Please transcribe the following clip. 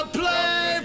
play